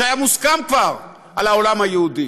שהיה מוסכם כבר על העולם היהודי.